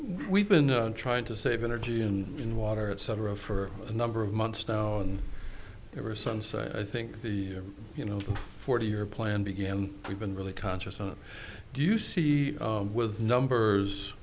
we've been trying to save energy and in water et cetera for a number of months now and ever since i think the you know forty year plan began we've been really conscious of do you see with numbers